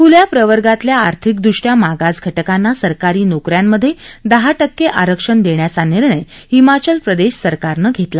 खुल्या प्रवर्गातल्या आर्थिकदृष्ट्या मागास घटकांना सरकारी नोक यांत दहा टक्के आरक्षण देण्याचा निर्णय हिमाचल प्रदेश सरकारनं काल घेतला